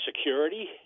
security